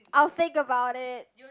I'll think about it